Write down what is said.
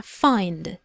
find